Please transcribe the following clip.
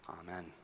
Amen